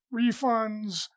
refunds